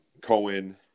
Cohen